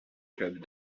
club